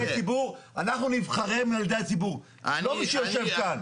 אנחנו נבחרים על ידי הציבור, לא מי שיושב כאן.